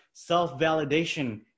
Self-validation